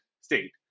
state